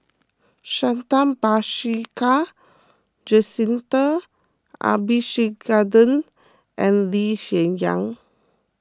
Santha Bhaskar Jacintha Abisheganaden and Lee Hsien Yang